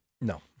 No